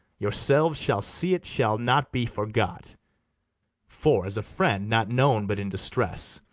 yourselves shall see it shall not be forgot for, as a friend not known but in distress,